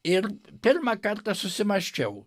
ir pirmą kartą susimąsčiau